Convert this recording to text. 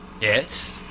Yes